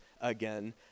again